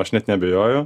aš net neabejoju